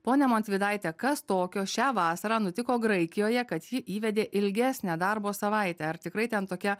ponia montvydaite kas tokio šią vasarą nutiko graikijoje kad ji įvedė ilgesnę darbo savaitę ar tikrai ten tokia